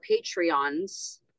patreons